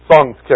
Songs